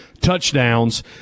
touchdowns